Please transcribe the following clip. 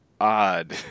odd